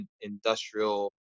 industrial